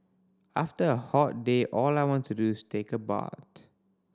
after a hot day all I want to do is take a bath